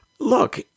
Look